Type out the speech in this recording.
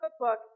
cookbook